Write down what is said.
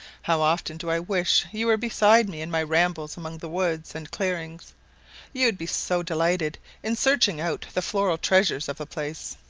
how often do i wish you were beside me in my rambles among the woods and clearings you would be so delighted in searching out the floral treasures of the place.